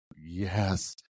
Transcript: Yes